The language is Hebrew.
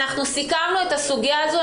סיכמנו את הסוגיה הזאת,